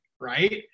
right